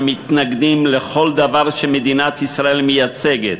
המתנגדות לכל דבר שמדינת ישראל מייצגת.